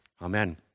amen